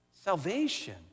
salvation